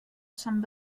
sant